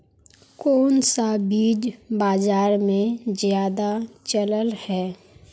कोन सा बीज बाजार में ज्यादा चलल है?